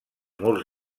murs